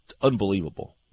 unbelievable